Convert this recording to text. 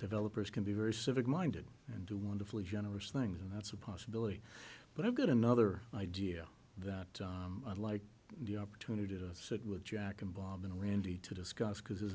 developers can be very civic minded and do wonderfully generous things and that's a possibility but i've got another idea that i'd like the opportunity to sit with jack and bob and randy to discuss because there's